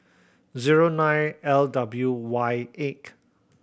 zero nine L W Y eight